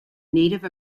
native